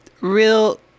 real